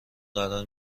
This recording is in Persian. قرار